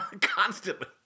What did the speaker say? Constantly